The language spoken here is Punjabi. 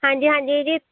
ਹਾਂਜੀ ਹਾਂਜੀ ਜੀ